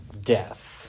death